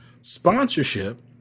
Sponsorship